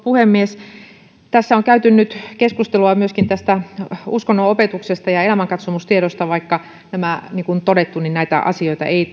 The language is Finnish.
puhemies tässä on nyt käyty keskustelua myöskin tästä uskonnonopetuksesta ja elämänkatsomustiedosta vaikka niin kuin todettu näihin asioihin ei